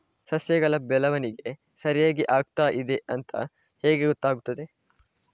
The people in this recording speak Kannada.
ಸಸ್ಯಗಳ ಬೆಳವಣಿಗೆ ಸರಿಯಾಗಿ ಆಗುತ್ತಾ ಇದೆ ಅಂತ ಹೇಗೆ ಗೊತ್ತಾಗುತ್ತದೆ?